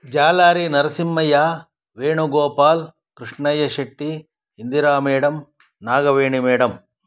Jalari Narasimhaiah Venu Gopal Krishnaiah Shetty Indira madam Nagaveni madam